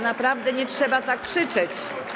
Naprawdę nie trzeba tak krzyczeć.